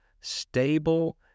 stable